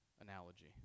analogy